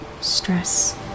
stress